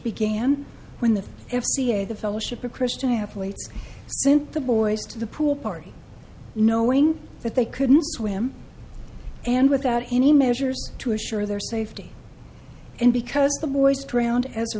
began when the f c a the fellowship of christian athletes sent the boys to the pool party knowing that they couldn't swim and without any measures to assure their safety and because the boys drowned as a